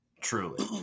Truly